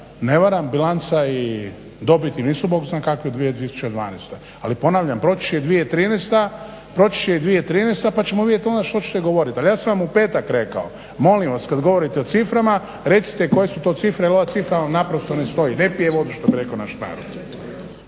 ne varam bilanca i dobit nisu bog zna kakve 2012. Ali ponavljam, proći će i 2013. pa ćemo vidjeti onda što ćete govoriti. Ali ja sam vam u petak rekao molim vas kad govorite o ciframa recite koje su to cifre, jer ova cifra vam naprosto ne stoji, ne pije vodu što bi rekao naš narod.